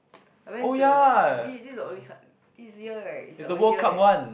I went to this this is the only coun~ this year right is the only year that